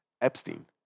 Epstein